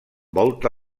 volta